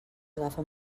agafa